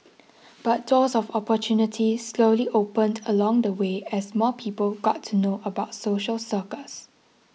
but doors of opportunity slowly opened along the way as more people got to know about social circus